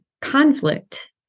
conflict